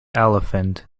elephant